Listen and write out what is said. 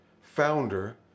founder